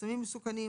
סמים מסוכנים,